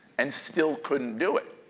and still couldn't do it.